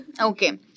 okay